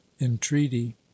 entreaty